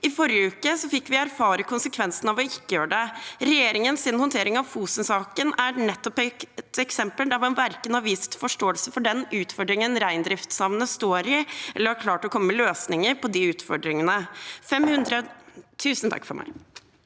I forrige uke fikk vi erfare konsekvensene av ikke å gjøre det. Regjeringens håndtering av Fosen-saken er nettopp et eksempel der man verken har vist forståelse for den utfordringen reindriftssamene står i, eller har klart å komme med løsninger på de utfordringene. Statsråd